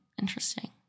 Interesting